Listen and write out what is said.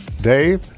dave